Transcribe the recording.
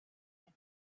and